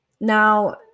Now